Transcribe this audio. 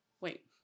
wait